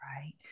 Right